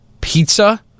pizza